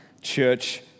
church